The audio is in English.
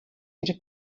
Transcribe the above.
into